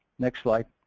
next slide.